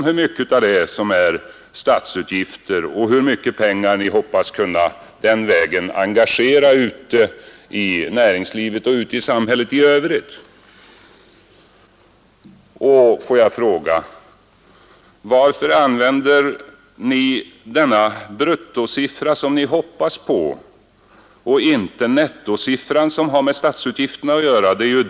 Hur mycket av dessa är statsutgifter och hur mycket pengar hoppas ni på den vägen kunna engagera i näringslivet och i samhället i övrigt? Varför använder ni den bruttosiffra som ni hoppas på och inte den nettosiffra som har med statsutgifterna att göra?